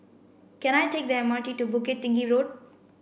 can I take the M R T to Bukit Tinggi Road